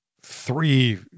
three